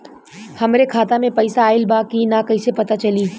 हमरे खाता में पैसा ऑइल बा कि ना कैसे पता चली?